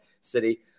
city